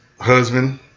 husband